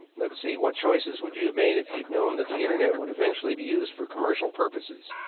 let's see. what choices would you have made if you'd known that the internet would eventually be used for commercial purposes?